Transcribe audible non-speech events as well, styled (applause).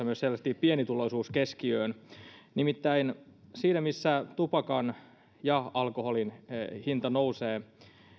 (unintelligible) myös selvästi pienituloisuus keskiöön nimittäin kun tupakan ja alkoholin hinta nousee